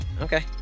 Okay